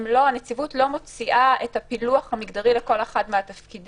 הנציבות לא מוציאה את הפילוח המגדרי לכל אחד מהתפקידים.